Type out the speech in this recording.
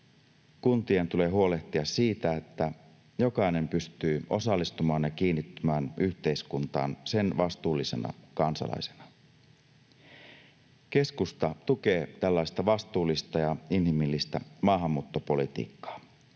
kuntien tulee huolehtia siitä, että jokainen pystyy osallistumaan ja kiinnittymään yhteiskuntaan sen vastuullisena kansalaisena. Keskusta tukee tällaista vastuullista ja inhimillistä maahanmuuttopolitiikkaa.